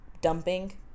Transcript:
dumping